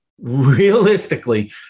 Realistically